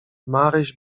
maryś